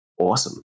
Awesome